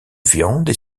viandes